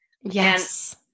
Yes